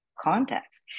context